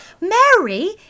Mary